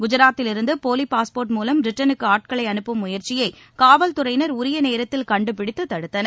குஜராத்திலிருந்து போலி பாஸ்போர்ட் மூலம் பிரிட்டனுக்கு ஆட்களை அனுப்பும் முயற்சியை காவல்துறையினர் உரிய நேரத்தில் கண்டுபிடித்து தடுத்தனர்